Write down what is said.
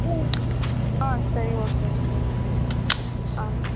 ம் ஆ சரி ஓகே ஓகேங்க ஆ